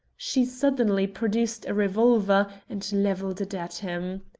she suddenly produced a revolver and levelled it at him.